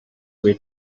way